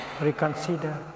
reconsider